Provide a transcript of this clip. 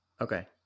Okay